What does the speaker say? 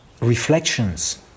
reflections